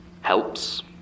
helps